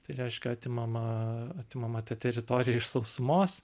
tai reiškia atimama atimama ta teritorija iš sausumos